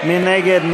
מי נגד?